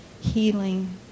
healing